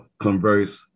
converse